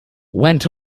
went